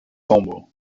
sombre